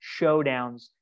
showdowns